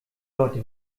leute